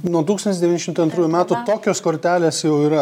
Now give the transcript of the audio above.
nuo tūkstantis devyni šimtai antrųjų metų tokios kortelės jau yra